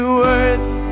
words